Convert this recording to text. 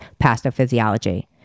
pastophysiology